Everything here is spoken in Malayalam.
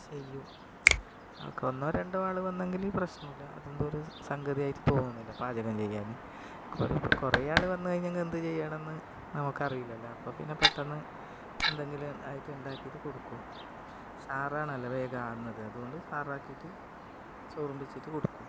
ചെയ്യും ആൾക്ക് ഒന്നോ രണ്ടോ ആൾ വന്നെങ്കിൽ പ്രശ്നമില്ല അതൊന്നും ഒരു സംഗതി ആയിട്ട് തോന്നുന്നില്ല പാചകം ചെയ്യാൻ കുറേ ആൾ വന്നു കഴിഞ്ഞെങ്കിൽ എന്ത് ചെയ്യണമെന്നു നമുക്കറിയില്ലല്ലോ അപ്പോൾ പിന്നെ പെട്ടെന്ന് എന്തെങ്കിലും ആയിട്ട് ഉണ്ടാക്കിയിട്ട് കൊടുക്കും സാറാണല്ലോ വേഗം ആകുന്നത് അതുകൊണ്ട് സാറാക്കിയിട്ട് സോറും ബെച്ചിട്ട് കൊടുക്കും പിന്നെ